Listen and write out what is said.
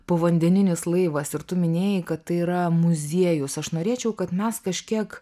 povandeninis laivas ir tu minėjai kad tai yra muziejus aš norėčiau kad mes kažkiek